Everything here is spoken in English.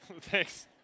Thanks